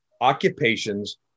occupations